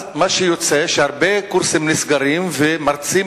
מה שיוצא זה שהרבה קורסים נסגרים, ומרצים